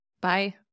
Bye